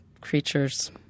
creatures